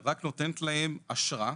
רק נותנת להם אשרה,